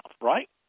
right